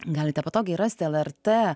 galite patogiai rasti lrt